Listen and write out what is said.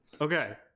okay